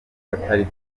atari